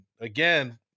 again